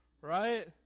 right